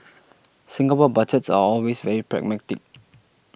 Singapore Budgets are always very pragmatic